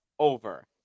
Over